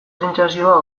sentsazioa